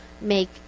make